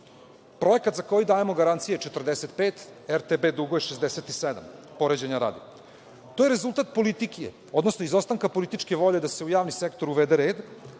Projekat za koji dajemo garanciju, 45, RTB duguje 67, poređenja radi. To je rezultat politike, odnosno izostanka političke volje da se u javni sektor uvede red.